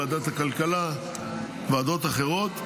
בוועדת הכלכלה ובוועדות אחרות,